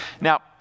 Now